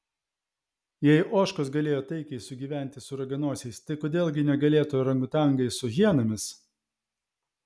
jei ožkos galėjo taikiai sugyventi su raganosiais tai kodėl gi negalėtų orangutangai su hienomis